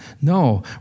No